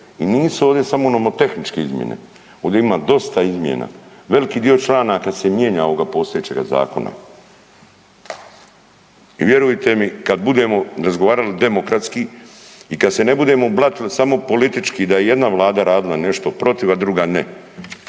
I nisu ovdje samo nomotehničke izmjene, ovdje ima dosta izmjena. Veliki dio čanaka se mijenja ovoga postojećega Zakona i vjerujte mi kad budemo razgovarali demokratski i kad se ne budemo blatili samo politički da je jedna vlada radila nešto protiv, a druga ne.